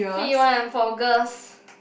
free one for girls